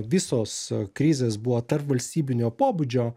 visos krizės buvo tarpvalstybinio pobūdžio